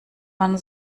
man